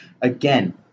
Again